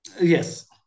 Yes